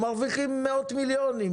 הם מרוויחים מאות מיליונים,